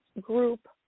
group